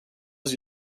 was